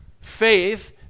faith